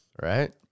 Right